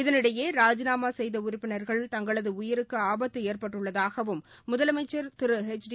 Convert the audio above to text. இதனிடையேராஜிநாமாசெய்தஉறுப்பினர்கள் தங்களதுஉயிருக்குஆபத்துஏற்பட்டுள்ளதாகவும் முதலமைச்சா் திருஎச் டி